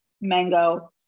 mango